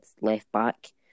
left-back